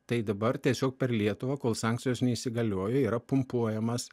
tai dabar tiesiog per lietuvą kol sankcijos neįsigaliojo yra pumpuojamas